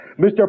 Mr